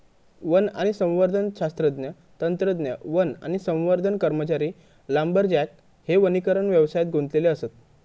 one आणि संवर्धन शास्त्रज्ञ, तंत्रज्ञ, वन आणि संवर्धन कर्मचारी, लांबरजॅक हे वनीकरण व्यवसायात गुंतलेले असत